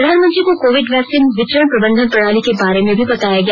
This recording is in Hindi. प्रधानमंत्री को कोविड वैक्सीन वितरण प्रबंधन प्रणाली के बारे में भी बताया गया